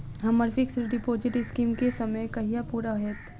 हम्मर fix deposit scheme केँ समय कहिया पूरा हैत?